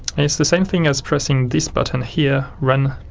and it's the same thing as pressing this button here run.